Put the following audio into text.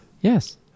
Yes